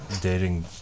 dating